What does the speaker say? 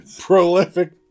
Prolific